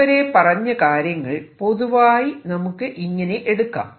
ഇതുവരെ പറഞ്ഞ കാര്യങ്ങൾ പൊതുവായി നമുക്ക് ഇങ്ങനെ എടുക്കാം